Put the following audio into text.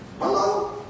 Hello